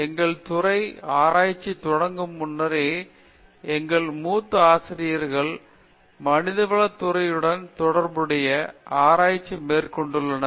எங்கள் துறை ஆராய்ச்சி தொடங்கும் முன்னரே எங்கள் மூத்த ஆசிரியர்கள் மனிதவள துறையுடன் தொடர்புடைய ஆராய்ச்சி மேற்கொண்டுள்ளனர்